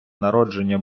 народження